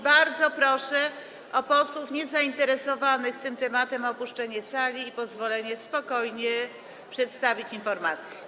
Bardzo proszę posłów niezainteresowanych tym tematem o opuszczenie sali i pozwolenie na spokojne przedstawienie informacji.